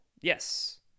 Yes